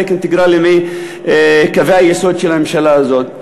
אינטגרלי מקווי היסוד של הממשלה הזאת?